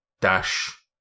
dash